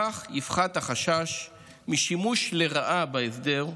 כך יפחת החשש משימוש לרעה בהסדר.